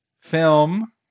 film